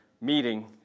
meeting